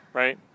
right